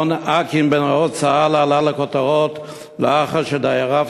מעון אקי"ם בנאות-צהלה עלה לכותרות לאחר שדייריו